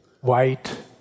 white